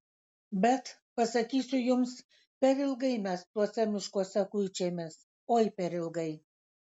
bet pasakysiu jums per ilgai mes tuose miškuose kuičiamės oi per ilgai